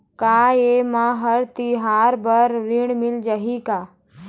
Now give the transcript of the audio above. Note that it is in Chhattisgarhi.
का ये मा हर तिहार बर ऋण मिल जाही का?